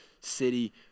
city